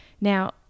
Now